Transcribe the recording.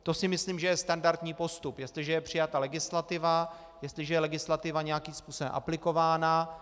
To si myslím, že je standardní postup, jestliže je přijata legislativa, jestliže je legislativa nějakým způsobem aplikována.